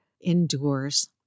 endures